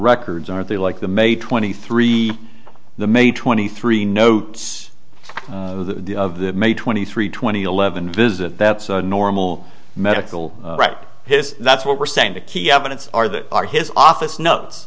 records are they like the may twenty three the may twenty three notes may twenty three twenty eleven visit that's a normal medical right his that's what we're saying the key evidence are that are his office notes